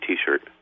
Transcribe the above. T-shirt